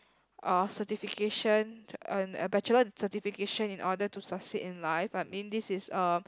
or certification a a bachelor certification in order to sustain in life but may this a